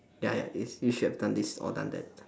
ya ya it is you should have done this or done that